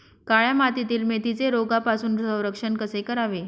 काळ्या मातीतील मेथीचे रोगापासून संरक्षण कसे करावे?